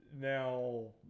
Now